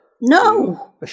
No